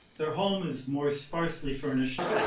their home is more sparsely furnished.